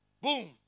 boom